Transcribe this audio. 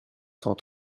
cent